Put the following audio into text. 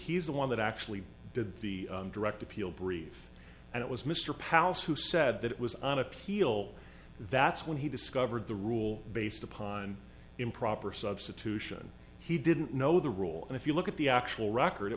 he's the one that actually did the direct appeal brief and it was mr pallas who said that it was on appeal that's when he discovered the rule based upon improper substitution he didn't know the rule and if you look at the actual record it